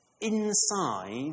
inside